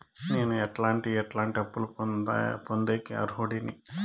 నేను ఎట్లాంటి ఎట్లాంటి అప్పులు పొందేకి అర్హుడిని?